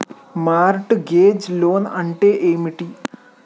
Mart gauge loan అంటే ఏమిటి?